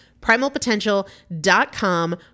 Primalpotential.com